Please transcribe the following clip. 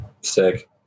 Sick